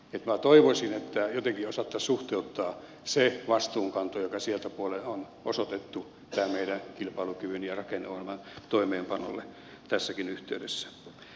minä toivoisin että jotenkin osattaisiin suhteuttaa se vastuunkanto joka sieltä puolen on osoitettu tämän meidän kilpailukyvyn ja rakenneohjelman toimeenpanolle tässäkin yhteydessä